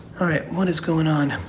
alright, what is goin' on.